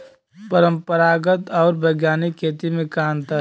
परंपरागत आऊर वैज्ञानिक खेती में का अंतर ह?